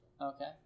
Okay